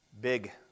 big